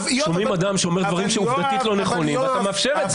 שומעים אדם שאומר דברים שעובדתית לא נכונים ואתה מאפשר את זה.